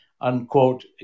unquote